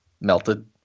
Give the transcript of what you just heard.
melted